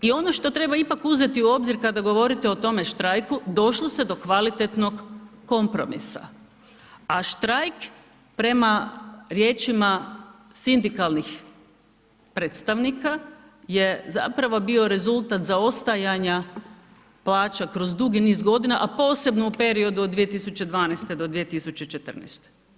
I ono što ipak treba uzeti u obzir kada govorite o tome štrajku došlo se do kvalitetnog kompromisa, a štrajk prema riječima sindikalnih predstavnika je zapravo bio rezultat zaostajanja plaća kroz dugi niz godina, a posebno u periodu od 2012. do 2014.